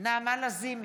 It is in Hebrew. נעמה לזימי,